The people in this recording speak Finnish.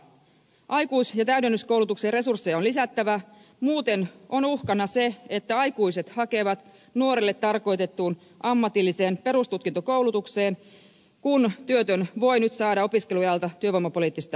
aikuis ja täydennyskoulutuksen resursseja on lisättävä muuten on uhkana se että aikuiset hakevat nuorille tarkoitettuun ammatilliseen perustutkintokoulutukseen kun työtön voi nyt saada opiskeluajalta työvoimapoliittista tukea